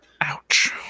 Ouch